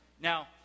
Now